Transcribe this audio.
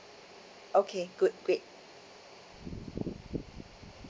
okay good great